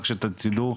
רק שתדעו,